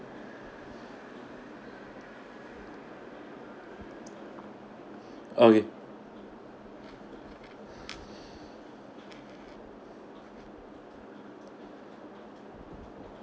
okay